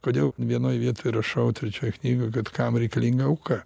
kodėl vienoj vietoj rašau trečioj knygoj kad kam reikalinga auka